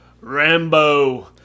Rambo